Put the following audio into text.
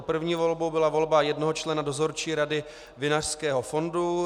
První volbou byla volba jednoho člena Dozorčí rady Vinařského fondu.